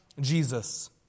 Jesus